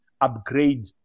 upgrade